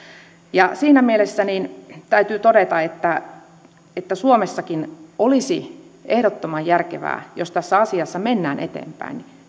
siinä mielessä täytyy todeta että että suomessakin olisi ehdottoman järkevää jos tässä asiassa mennään eteenpäin